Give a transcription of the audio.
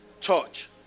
touch